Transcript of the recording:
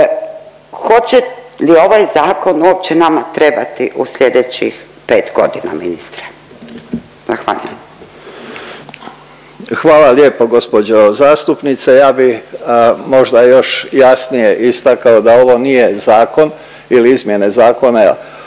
hoće li ovaj zakon uopće nama trebati u slijedećih 5 godina ministre? Zahvaljujem. **Božinović, Davor (HDZ)** Hvala lijepo gospođo zastupnice. Ja bi možda još jasnije istakao da ovo nije zakon ili izmjene zakona